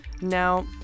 Now